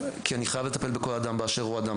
כי אני חייב לטפל בכל אדם באשר הוא אדם,